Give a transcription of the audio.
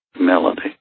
melody